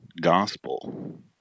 gospel